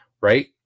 right